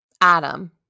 Adam